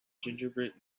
gingerbread